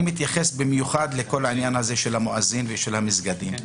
אני מתייחס במיוחד לכל העניין של המואזין ושל המסגדים,